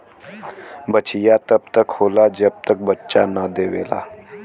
बछिया तब तक होला जब तक बच्चा न देवेला